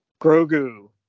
Grogu